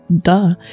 duh